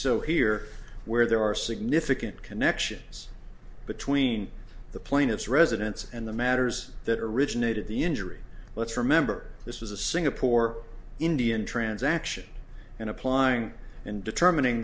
so here where there are significant connections between the plaintiff's residence and the matters that originated the injury let's remember this was a singapore indian transaction and applying and determining